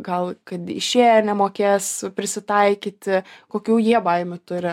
gal kad išėję nemokės prisitaikyti kokių jie baimių turi